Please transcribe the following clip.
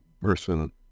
person